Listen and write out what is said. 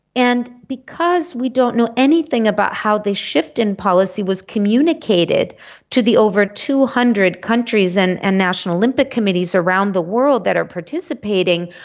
and because we don't know anything about how this shift in policy was communicated to the over two hundred countries and and national olympic committees around the world that are participating,